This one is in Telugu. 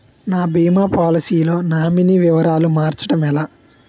నా భీమా పోలసీ లో నామినీ వివరాలు మార్చటం ఎలా?